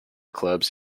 clubs